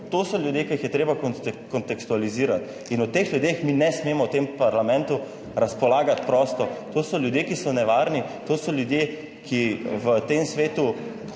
To so ljudje, ki jih je treba kontekstualizirati in o teh ljudeh mi ne smemo v tem parlamentu razpolagati prosto. To so ljudje, ki so nevarni, to so ljudje, ki v tem svetu,